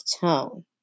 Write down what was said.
tone